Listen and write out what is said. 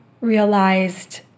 realized